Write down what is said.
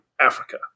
Africa